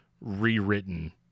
rewritten